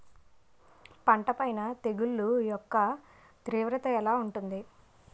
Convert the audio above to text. పంట పైన తెగుళ్లు యెక్క తీవ్రత ఎలా ఉంటుంది